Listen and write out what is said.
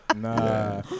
Nah